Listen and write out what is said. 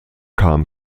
kam